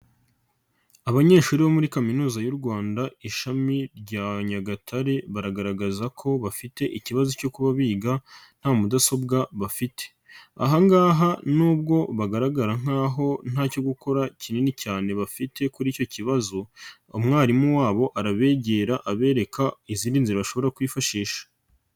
Abanyeshuri bo muri kaminuza y'u Rwanda ishami rya Nyagatare, baragaragaza ko bafite ikibazo cyo kuba biga nta mudasobwa bafite. Aha ngaha nubwo bagaragara nkaho ntacyo gukora kinini cyane bafite kuri icyo kibazo, umwarimu wabo arabegera abereka izindi nzira bashobora kwifashisha.